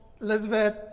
Elizabeth